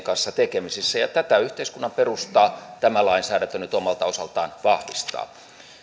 kanssa tekemisissä ja tätä yhteiskunnan perustaa tämä lainsäädäntö nyt omalta osaltaan vahvistaa